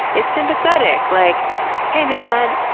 it's sympathetic, like hey man.